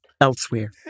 elsewhere